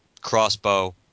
crossbow